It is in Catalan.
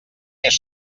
més